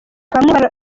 bamwe